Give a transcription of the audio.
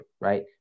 right